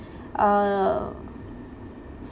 uh